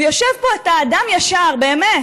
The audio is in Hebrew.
יושב פה, אתה אדם ישר, באמת,